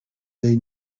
they